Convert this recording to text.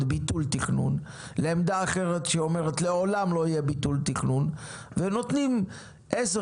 ביטול תכנון לעמדה אחרת שאומרת לעולם לא יהיה ביטול תכנון ונותנים עשר